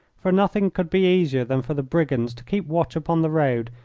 for nothing could be easier than for the brigands to keep watch upon the road,